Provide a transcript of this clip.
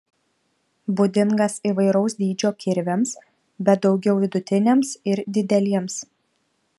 būdingas įvairaus dydžio kirviams bet daugiau vidutiniams ir dideliems